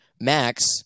Max